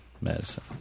medicine